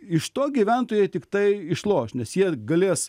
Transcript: iš to gyventojai tiktai išloš nes jie galės